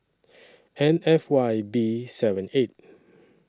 N F Y B seven eight